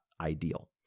ideal